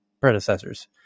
predecessors